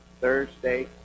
Thursday